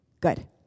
Good